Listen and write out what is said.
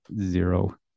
Zero